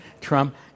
Trump